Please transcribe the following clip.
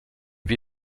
wie